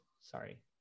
sorry